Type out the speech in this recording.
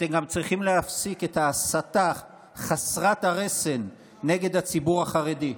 אתם גם צריכים להפסיק את ההסתה חסרת הרסן נגד הציבור החרדי.